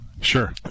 Sure